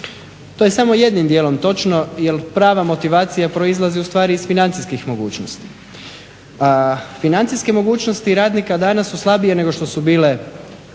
To je samo jednim dijelom točno jer prava motivacija proizlazi ustvari iz financijskih mogućnosti. A financijske mogućnosti radnika danas su slabije nego što su bile